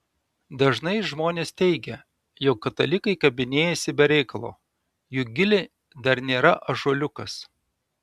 dažnai žmonės teigia jog katalikai kabinėjasi be reikalo juk gilė dar nėra ąžuoliukas